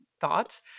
thought